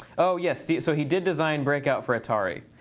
oh yes, steve. so he did design breakout for atari.